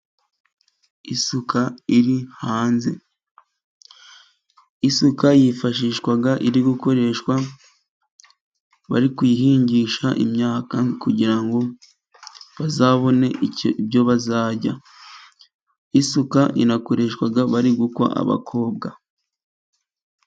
Isuka iri hanze, isuka yifashishwa iri gukoreshwa bari kuyihingisha imyaka, kugira bazabone ibyo bazarya isuka inakoreshwa bari gukwa abakobwa.